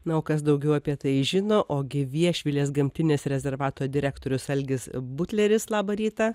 na o kas daugiau apie tai žino ogi viešvilės gamtinio rezervato direktorius algis butleris labą rytą